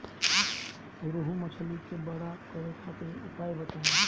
रोहु मछली के बड़ा करे खातिर उपाय बताईं?